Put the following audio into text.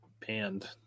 panned